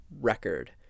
record